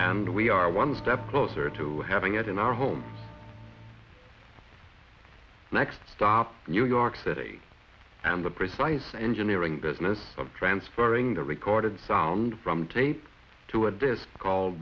and we are one step closer to having it in our home next stop new york city and the precise engineering business of transferring the recorded sound from tape to a disc called